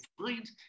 find